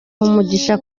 umugisha